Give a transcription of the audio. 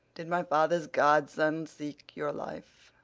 did my father's godson seek your life?